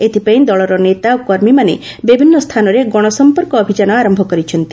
ଏଥିପାଇଁ ଦଳର ନେତା ଓ କର୍ମୀମାନେ ବିଭିନ୍ନ ସ୍ଥାନରେ ଗଣ ସମ୍ପର୍କ ଅଭିଯାନ ଆରମ୍ଭ କରିଛନ୍ତି